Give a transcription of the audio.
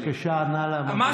בבקשה, נא לעמוד במסגרת הזמן.